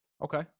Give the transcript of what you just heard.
Okay